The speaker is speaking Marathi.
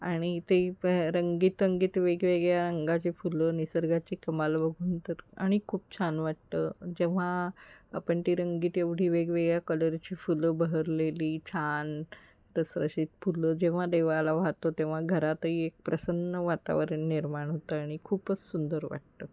आणि ते प रंगीत रंगीत वेगवेगळ्या रंगाचे फुलं निसर्गाची कमाल बघून तर आणि खूप छान वाटतं जेव्हा आपण ती रंगीत एवढी वेगवेगळ्या कलरची फुलं बहरलेली छान रसरशीत फुलं जेव्हा देवाला वाहतो तेव्हा घरातही एक प्रसन्न वातावरण निर्माण होतं आणि खूपच सुंदर वाटतं